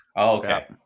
Okay